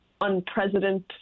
unprecedented